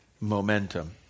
momentum